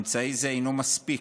אמצעי זה אינו מספיק,